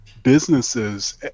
businesses